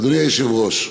אדוני היושב-ראש,